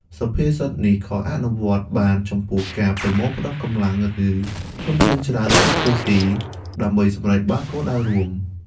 សុភាសិតនេះក៏អាចអនុវត្តបានចំពោះការប្រមូលផ្តុំកម្លាំង ឬធនធានច្រើនគ្រប់ទិសទី ដើម្បីសម្រេចបានគោលដៅរួម។